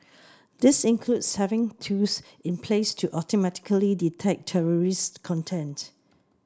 this includes having tools in place to automatically detect terrorist content